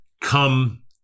come